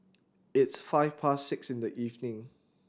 its five past six in the evening